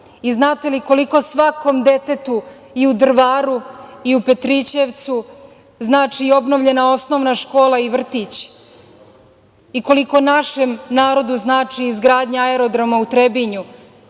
Znate li koliko svakom detetu i u Drvaru i u Petrićevcu znači obnovljena osnovna škola i vrtić i koliko našem narodu znači izgradnja aerodroma u Trebinju